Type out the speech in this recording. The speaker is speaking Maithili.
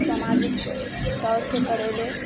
समाजिक तौरसँ करैले